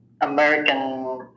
American